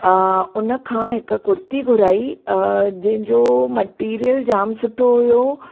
हुन खां हिकु कुर्ती घुराइ जंहिंजो मटिरिअल ॼाम सुठो हुओ